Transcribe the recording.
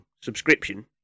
subscription